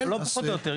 אז --- לא פחות או יותר,